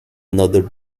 another